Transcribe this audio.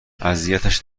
اذیتش